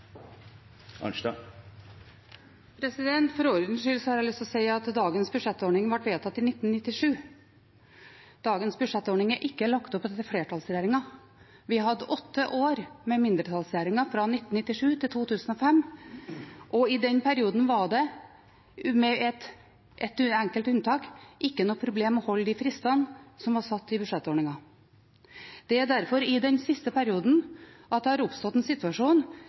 For ordens skyld har jeg lyst til å si at dagens budsjettordning ble vedtatt i 1997. Dagens budsjettordning er ikke lagt opp etter flertallsregjeringer. Vi hadde åtte år med mindretallsregjeringer fra 1997 til 2005, og i den perioden var det, med et enkelt unntak, ikke noe problem å holde de fristene som var satt i budsjettordningen. Det er i den siste perioden det har oppstått en situasjon